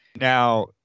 Now